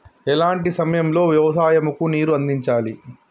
ఎలాంటి సమయం లో వ్యవసాయము కు నీరు అందించాలి?